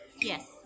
yes